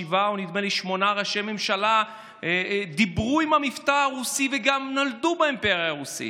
ששבעה או שמונה ראשי ממשלה דיברו במבטא רוסי וגם נולדו באימפריה הרוסית.